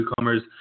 newcomers